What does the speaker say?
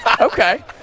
Okay